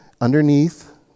underneath